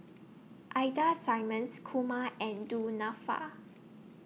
Ida Simmons Kumar and Du Nanfa